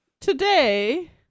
Today